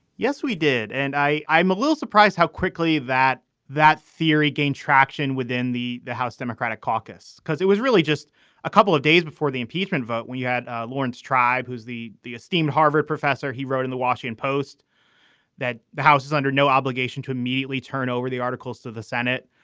yes, we did. and i i'm a little surprised how quickly that that theory gained traction within the the house democratic caucus, because it was really just a couple of days before the impeachment vote. we had laurence tribe, who's the the esteemed harvard professor. he wrote in the washington post that the house is under no obligation to immediately turn over the articles to the senate.